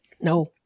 no